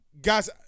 guys